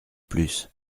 plus